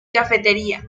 cafetería